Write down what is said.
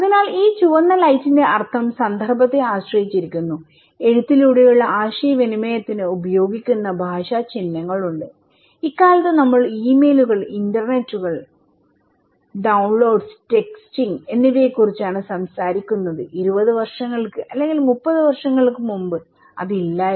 അതിനാൽ ഈ ചുവന്ന ലൈറ്റിന്റെ അർത്ഥം സന്ദർഭത്തെ ആശ്രയിച്ചിരിക്കുന്നുഎഴുത്തിലൂടെയുള്ള ആശയവിനിമയത്തിന് ഉപയോഗിക്കുന്ന ഭാഷാ ചിഹ്നങ്ങൾ ഉണ്ട്ഇക്കാലത്തു നമ്മൾ ഇമെയിലുകൾ ഇന്റർനെറ്റുകൾ ഡൌൺലോഡ് ടെക്സ്റ്റിംഗ് എന്നിവയെക്കുറിച്ചാണ് സംസാരിക്കുന്നത് 20 വർഷങ്ങൾക്ക് അല്ലെങ്കിൽ 30 വർഷങ്ങൾക്ക് മുമ്പ് അത് ഇല്ലായിരുന്നു